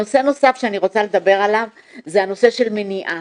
נושא נוסף שאני רוצה לדבר עליו זה הנושא של מניעה.